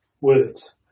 words